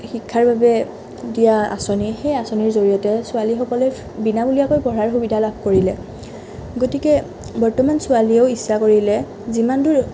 শিক্ষাৰ বাবে দিয়া আঁচনি সেই আঁচনিৰ জৰিয়তে ছোৱালীসকলে বিনামূলীয়াকৈ পঢ়াৰ সুবিধা লাভ কৰিলে গতিকে বৰ্তমান ছোৱালীয়েও ইচ্ছা কৰিলে যিমান দূৰ